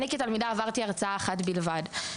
אני כתלמידה עברתי הרצאה אחת בלבד.